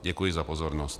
Děkuji za pozornost.